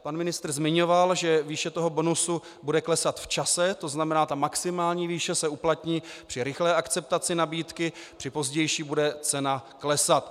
Pan ministr zmiňoval, že výše toho bonusu bude klesat v čase, to znamená ta maximální výše se uplatní při rychlé akceptaci nabídky, při pozdější bude cena klesat.